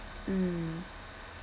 mm